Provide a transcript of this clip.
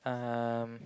um